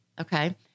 Okay